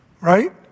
Right